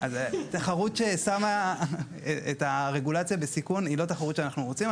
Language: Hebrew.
תחרות ששמה את הרגולציה בסיכון היא לא תחרות שאנחנו רוצים.